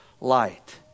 light